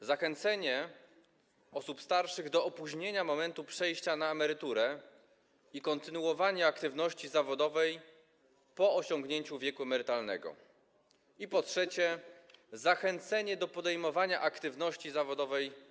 zachęcenie osób starszych do opóźnienia momentu przejścia na emeryturę i do kontynuowania aktywności zawodowej po osiągnięciu wieku emerytalnego, i po trzecie, zachęcenie emerytów do podejmowania aktywności zawodowej.